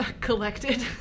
collected